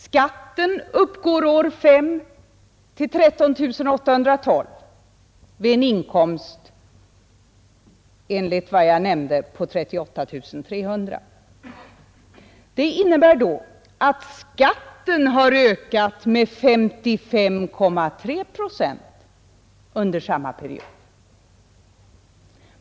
Skatten uppgår år 5 till 13 812 kronor på den inkomst som jag nämnde, 38 300. Det innebär att skatten har ökat med 55,3 procent under de fem åren.